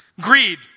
Greed